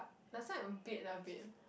last time a bit lah a bit